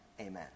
amen